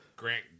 Grant